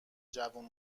جوون